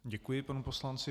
Děkuji panu poslanci.